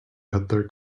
peddler